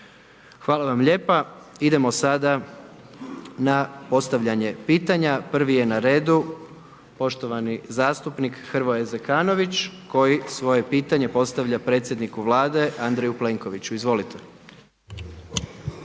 Gordan (HDZ)** Idemo sada na postavljanje pitanja. Prvi je na redu poštovani zastupnik Hrvoje Zekanović koji svoje pitanje postavlja predsjedniku Vlade Andreju Plenkoviću, izvolite.